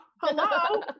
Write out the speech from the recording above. hello